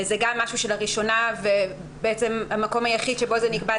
זה גם משהו שנקבע לראשונה והמקום היחיד שבו הוא נקבע,